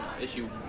issue